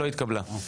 לא התקבלה.